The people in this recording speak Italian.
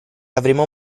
avremo